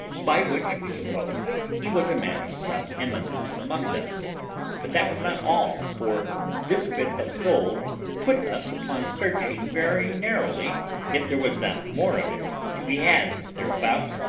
by which we supposed he was a man of some eminence among them but that was not all, for this bit of gold put us upon searching very narrowly if there was not more of it to be had thereabouts,